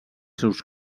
seus